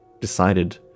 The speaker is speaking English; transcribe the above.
decided